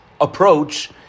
approach